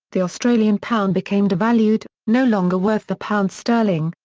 the australian pound became devalued, no longer worth the pound sterling,